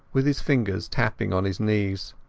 with his fingers tapping on his knees.